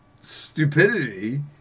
stupidity